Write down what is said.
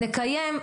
נקיים.